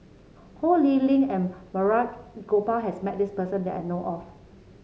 Ho Lee Ling and Balraj Gopal has met this person that I know of